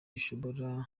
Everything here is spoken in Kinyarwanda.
ishobora